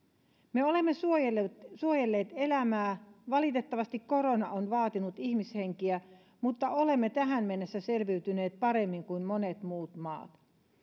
me olemme suojelleet suojelleet elämää valitettavasti korona on vaatinut ihmishenkiä mutta olemme tähän mennessä selviytyneet paremmin kuin monet muut maat